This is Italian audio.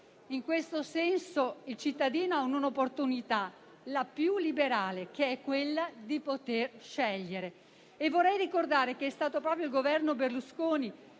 In questo senso i cittadini hanno un'opportunità, la più liberale, che è quella di poter scegliere. Vorrei ricordare che è stato proprio il Governo Berlusconi